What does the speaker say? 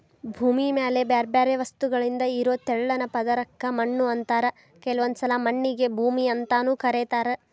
ಭೂಮಿ ಮ್ಯಾಲೆ ಬ್ಯಾರ್ಬ್ಯಾರೇ ವಸ್ತುಗಳಿಂದ ಇರೋ ತೆಳ್ಳನ ಪದರಕ್ಕ ಮಣ್ಣು ಅಂತಾರ ಕೆಲವೊಂದ್ಸಲ ಮಣ್ಣಿಗೆ ಭೂಮಿ ಅಂತಾನೂ ಕರೇತಾರ